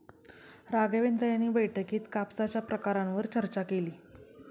राघवेंद्र यांनी बैठकीत कापसाच्या प्रकारांवर चर्चा केली